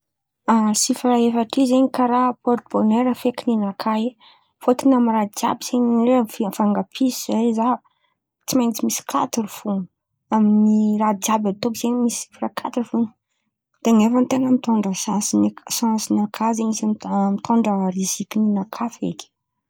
Sifira efatra io zen̈y karàha pôrty bônera feky ninakà e! Fôtiny amy raha jiàby zen̈y ne mivanga piosy zay zaho tsy maintsy misy katira fo, amy raha jiàby ataoko zen̈y sifira katira fo de nefa ten̈a mitôndra sansin- sansinakà zen̈y, mitôndra riziky ninakà feky.